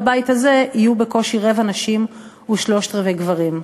שבבית הזה יהיו בקושי רבע נשים ושלושת רבעי גברים.